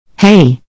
Hey